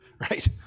right